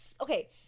okay